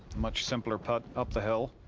much simpler putt up the hill.